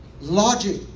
Logic